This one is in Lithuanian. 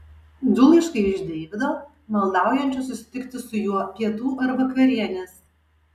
du laiškai iš deivido maldaujančio susitikti su juo pietų ar vakarienės